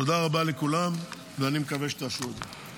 תודה רבה לכולם, ואני מקווה שתאשרו את זה.